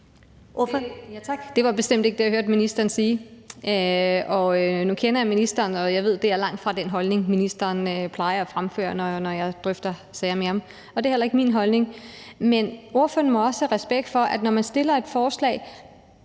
Det var bestemt ikke det, jeg hørte ministeren sige. Nu kender jeg ministeren, og jeg ved, det langtfra er den holdning, ministeren plejer at fremføre, når jeg drøfter sager med ham, og det er heller ikke min holdning. Man fremsætter et forslag, der starter med at